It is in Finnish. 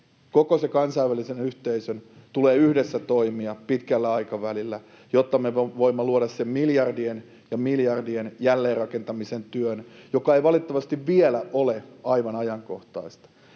koko sen kansainvälisen yhteisön, tulee yhdessä toimia pitkällä aikavälillä, jotta me voimme luoda sen miljardien ja miljardien jälleenrakentamisen työn, joka ei valitettavasti vielä ole aivan ajankohtaista.